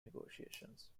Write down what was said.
negotiations